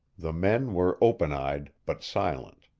the men were open-eyed but silent.